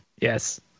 Yes